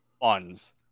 funds